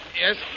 Yes